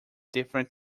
different